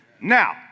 Now